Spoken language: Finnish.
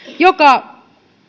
joka